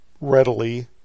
readily